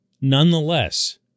Nonetheless